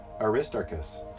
Aristarchus